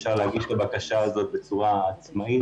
אפשר להגיש את הבקשה הזאת בצורה עצמאית.